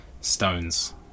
stones